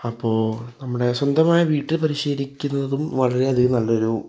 അപ്പോൾ നമ്മുടെ സ്വന്തമായ വീട്ടിൽ പരിശീലിക്കുന്നതും വളരെ അധികം നല്ലൊരു